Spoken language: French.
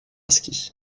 ski